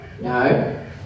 No